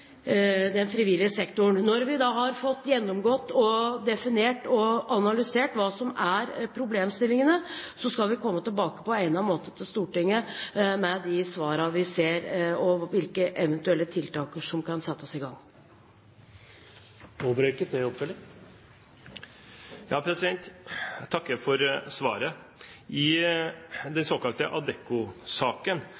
den frivillige sektoren. Når vi har fått gjennomgått og definert og analysert hva som er problemstillingene, skal vi komme tilbake på egnet måte til Stortinget med svarene og hvilke eventuelle tiltak som kan settes i gang. Jeg takker for svaret. I den såkalte Adecco-saken har mange rød-grønne representanter gått veldig høyt på banen i debatten i kjølvannet av den